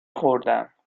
خوردم